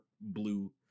blue